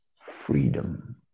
freedom